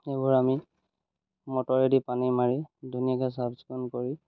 সেইবোৰ আমি মটৰেদি পানী মাৰি ধুনীয়াকৈ চাফ চিকুণ কৰি